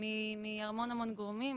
מהמון המון גורמים.